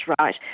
right